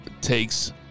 takes